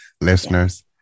Listeners